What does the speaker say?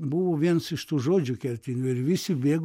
buvo viens iš tų žodžių kertinių ir visi bėgo